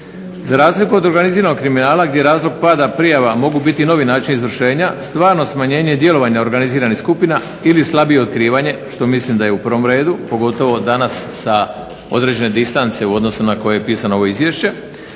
Za razliku od organiziranog kriminala gdje razlog pada prijava mogu biti novi način izvršenja, stvarno smanjenje djelovanja organiziranih skupina ili slabije otkrivanje, što mislim da je u prvom redu, pogotovo danas sa određene distance u odnosu na koje je pisano ovo izvješće,